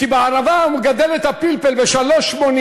כי בערבה הוא מגדל את הפלפל ב-3.80,